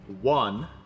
One